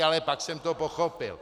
Ale pak jsem to pochopil.